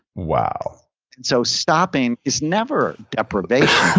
wow and so stopping is never depravation